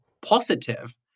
positive